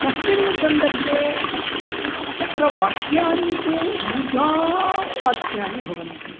तस्मिन् सन्दर्भे तत्र वाक्यानि तु दीर्घाणि वाक्यानि भवन्ति